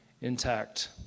intact